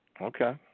Okay